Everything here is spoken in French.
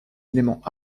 éléments